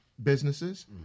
businesses